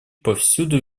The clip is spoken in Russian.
повсюду